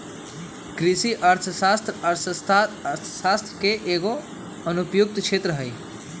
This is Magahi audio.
कृषि अर्थशास्त्र अर्थशास्त्र के एगो अनुप्रयुक्त क्षेत्र हइ